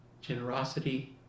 Generosity